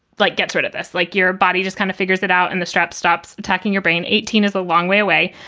like get sort of this like your body just kind of figures it out and the strap stops talking your brain. eighteen is a long way away,